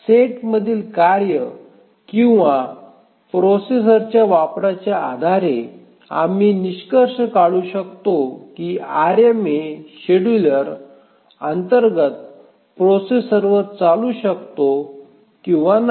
set मधील कार्ये किंवा प्रोसेसरच्या वापराच्या आधारे आम्ही निष्कर्ष काढू शकतो की हे आरएमए शेड्यूलर अंतर्गत प्रोसेसरवर चालू शकते किंवा नाही